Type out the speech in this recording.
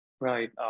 Right